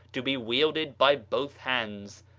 to be wielded by both hands.